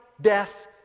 death